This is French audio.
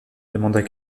demanda